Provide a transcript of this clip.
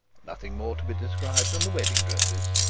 nothing more to be described than the wedding dresses,